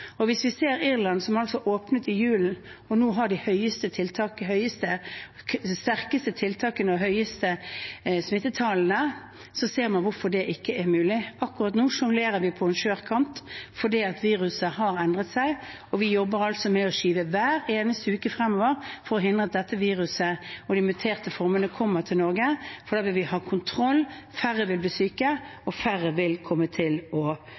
Hvis vi ser på Irland, som altså åpnet opp i julen, og nå har de sterkeste tiltakene og de høyeste smittetallene, ser man hvorfor det ikke er mulig. Akkurat nå sjonglerer vi på en skjør kant fordi viruset har endret seg, og vi jobber med å skyve hver eneste uke fremover for å hindre at dette viruset og de muterte formene kommer til Norge, for da vil vi ha kontroll, færre vil bli syke, og færre vil komme til å